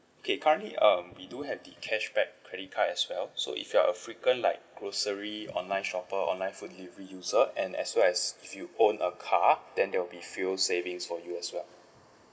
okay currently um we do have the cashback credit card as well so if you are a frequent like grocery online shopper online food delivery user and as well as if you own a car then there will be fuel savings for you as well